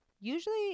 usually